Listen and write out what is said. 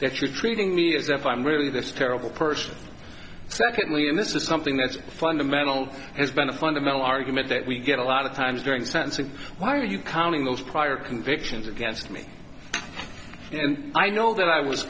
that you're treating me as if i'm really this terrible person secondly and this is something that's fundamental has been a fundamental argument that we get a lot of times during sentencing why are you counting those prior convictions against me and i know that i was